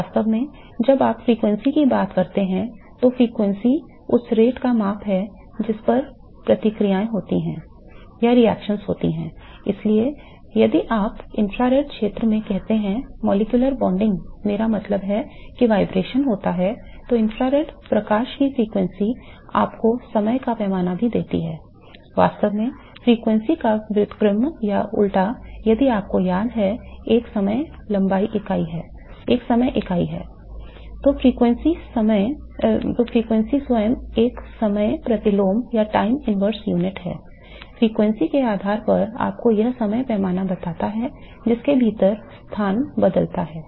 वास्तव में जब आप फ्रीक्वेंसी की बात करते हैं तो फ्रीक्वेंसी उस दर होता है